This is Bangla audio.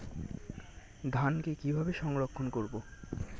ধানকে কিভাবে সংরক্ষণ করব?